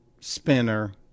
spinner